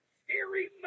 scary